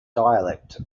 dialect